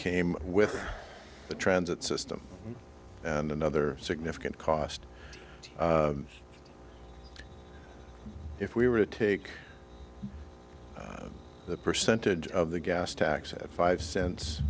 came with the transit system and another significant cost if we were to take the percentage of the gas tax at five cents